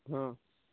ହଁ